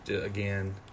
again